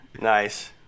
Nice